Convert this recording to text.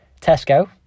Tesco